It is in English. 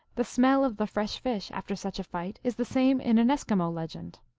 the smell of the frssh fish after such a fight is the same in an eskimo legend.